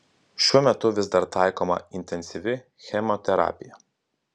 šiuo metu vis dar taikoma intensyvi chemoterapija